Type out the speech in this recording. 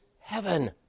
heaven